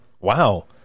wow